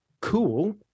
cool